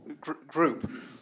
group